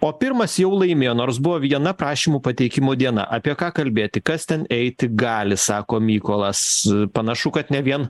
o pirmas jau laimėjo nors buvo viena prašymų pateikimo diena apie ką kalbėti kas ten eiti gali sako mykolas panašu kad ne vien